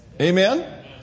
amen